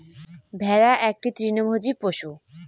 ভেড়া একটি তৃণভোজী পশু